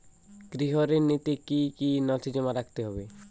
গৃহ ঋণ নিতে কি কি নথি জমা রাখতে হবে?